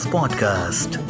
Podcast